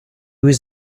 was